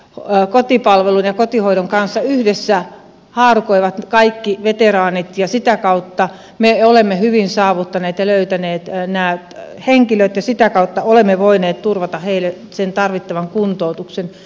olen kotipalvelun ja kotihoidon kanssa yhdessä haarukoivat kaikki veteraanit ja sitä kautta me olemme hyvin saavuttaneet ja löytäneet nämä henkilöt ja voineet turvata heille sen tarvittavan kuntoutuksen